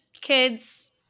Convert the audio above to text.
kids